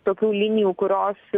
tokių linijų kurios